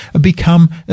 become